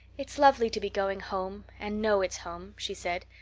it's lovely to be going home and know it's home, she said.